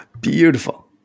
Beautiful